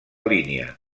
línia